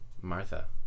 Martha